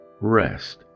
rest